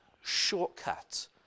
shortcut